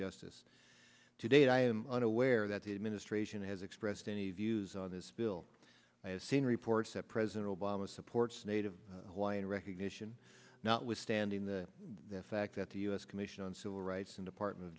justice today i am unaware that the administration has expressed any views on this bill i have seen reports that president obama supports native hawaiian recognition notwithstanding the fact that the u s commission on civil rights and department of